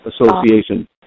association